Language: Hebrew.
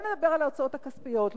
לא נדבר על ההוצאות הכספיות,